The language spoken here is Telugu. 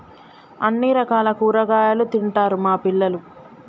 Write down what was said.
అన్ని రకాల కూరగాయలు తింటారు మా పిల్లలు